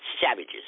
savages